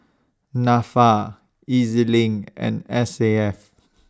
Nafa Ez LINK and S A F